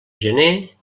gener